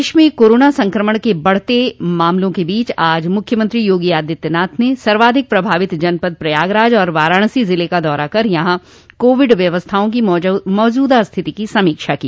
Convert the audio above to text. प्रदेश में कोरोना संक्रमण के तेजी से बढ़ते मामलों के बीच आज मुख्यमंत्री योगी आदित्यनाथ ने सर्वाधिक प्रभावित जनपद प्रयागराज और वाराणसी जिले का दौरा कर यहां कोविड व्यवस्थाओं की मौजूदा स्थिति की समीक्षा की